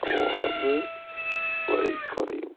நம்ம உடம்பு வலி குறையும்